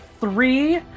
three